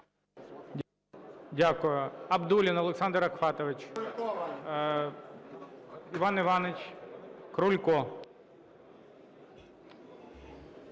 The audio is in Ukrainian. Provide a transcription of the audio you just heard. Дякую.